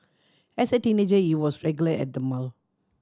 as a teenager he was regular at the mall